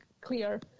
clear